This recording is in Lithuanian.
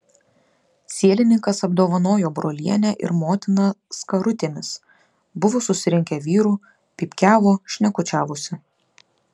sielininkas apdovanojo brolienę ir motiną skarutėmis buvo susirinkę vyrų pypkiavo šnekučiavosi